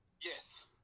yes